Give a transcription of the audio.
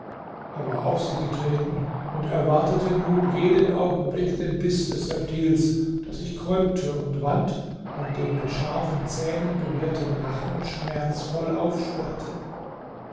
er war auf sie getreten und erwartete nun jeden augenblick den biß des reptils das sich krümmte und wand und den mit scharfen zähnen bewehrten rachen schmerzvoll aufsperrte